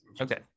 Okay